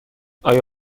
آیا